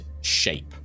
shape